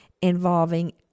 involving